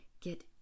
get